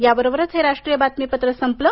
याबरोबरच हे राष्ट्रीय बातमीपत्र संपलं